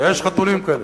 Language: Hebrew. יש חתולים כאלה,